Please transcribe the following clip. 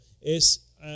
es